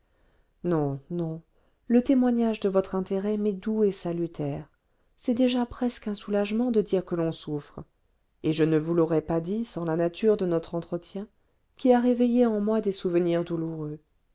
non non le témoignage de votre intérêt m'est doux et salutaire c'est déjà presque un soulagement de dire que l'on souffre et je ne vous l'aurais pas dit sans la nature de notre entretien qui a réveillé en moi des souvenirs douloureux